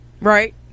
Right